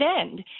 end